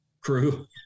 crew